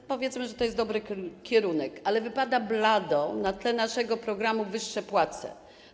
to powiedzmy, że to jest dobry kierunek, ale wypada blado na tle naszego programu „Wyższe płace”